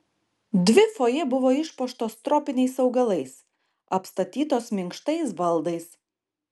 dvi fojė buvo išpuoštos tropiniais augalais apstatytos minkštais baldais